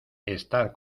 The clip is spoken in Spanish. estar